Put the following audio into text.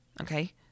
okay